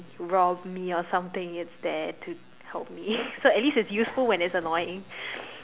rob me or something it's there to help me so at least it's useful when it's annoying